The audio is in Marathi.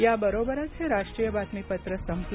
याबरोबरच हे राष्ट्रीय बातमीपत्र संपलं